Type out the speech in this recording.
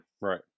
Right